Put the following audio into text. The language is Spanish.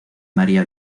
maria